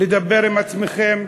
לדבר עם עצמכם,